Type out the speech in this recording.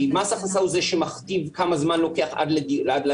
כי מס הכנסה הוא זה שמכתיב כמה זמן לוקח עד לצווים.